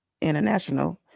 international